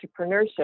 entrepreneurship